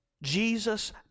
Jesus